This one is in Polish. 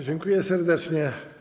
Dziękuję serdecznie.